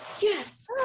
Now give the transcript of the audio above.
Yes